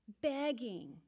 begging